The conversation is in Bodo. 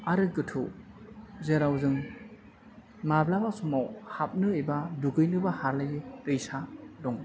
आरो गोथौ जेराव जों माब्लाबा समाव हाबनो एबा दुगैनोबो हालायै दैसा दं